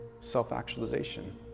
self-actualization